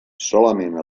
solament